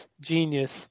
genius